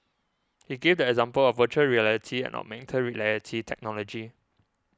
he gave the example of Virtual Reality and augmented reality technology